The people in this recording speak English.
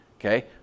Okay